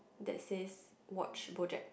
that says watch BoJack